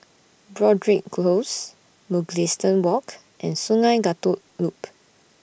Broadrick Close Mugliston Walk and Sungei Kadut Loop